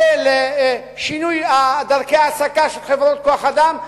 שינוי דרכי העסקה של כוח-אדם,